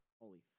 Holy